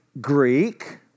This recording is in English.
Greek